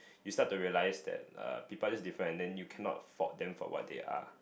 you start to realise that err people are just different and you cannot fault them for what they are